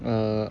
err